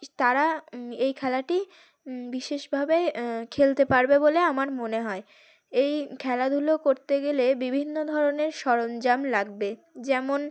তারা এই খেলাটি বিশেষভাবে খেলতে পারবে বলে আমার মনে হয় এই খেলাধুলো করতে গেলে বিভিন্ন ধরনের সরঞ্জাম লাগবে যেমন